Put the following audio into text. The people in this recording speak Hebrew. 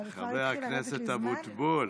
אבל כבר התחיל לרדת לי זמן?